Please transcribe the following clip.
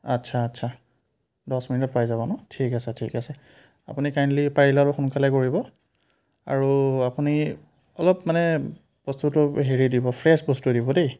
আচ্ছা আচ্ছা দহ মিনিটত পাই যাব ন ঠিক আছে ঠিক আছে আপুনি কাইণ্ডলি পাৰিলে অলপ সোনকালে কৰিব আৰু আপুনি অলপ মানে বস্তুটো হেৰি দিব ফ্ৰেছ বস্তু দিব দেই